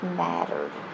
mattered